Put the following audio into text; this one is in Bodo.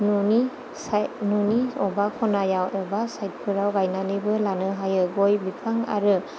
न'नि साइ न'नि अबा खनायाव अबा साइटफोराव गायनानैबो लानो हायो गय बिफां आरो